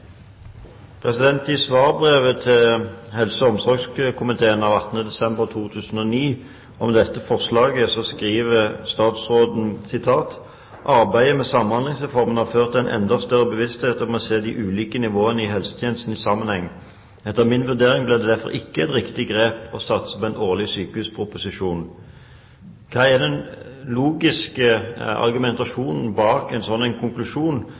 omsorgskomiteen av 18. desember 2009 om dette forslaget skriver statsråden: «Arbeidet med samhandlingsreformen har ført til en enda større bevissthet om å se de ulike nivåene i helsetjenesten i sammenheng. Etter min vurdering blir det derfor ikke et riktig grep å satse på årlige sykehusproposisjoner.» Hva er den logiske argumentasjonen bak en slik konklusjon med tanke på at kommuneproposisjonen legges fram i mai og en